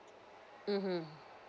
mmhmm